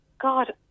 God